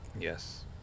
Yes